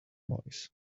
voice